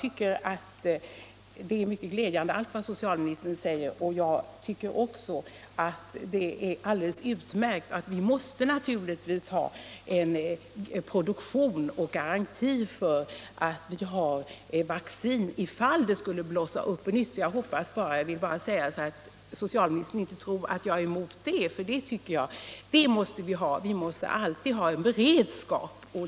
Herr talman! Jag tycker att allt vad socialministern nu sagt är mycket glädjande. Jag tycker att det är alldeles utmärkt att vi har en produktion av vaccin. Vi måste naturligtvis ha garanti för att det finns vaccin om en epidemi skulle blossa upp på nytt. Jag hoppas socialministern inte tror att jag är emot det, för jag tycker verkligen att vi alltid måste ha en beredskap.